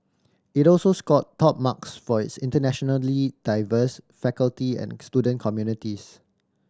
it also scored top marks for its internationally diverse faculty and student communities